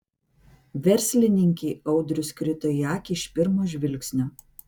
verslininkei audrius krito į akį iš pirmo žvilgsnio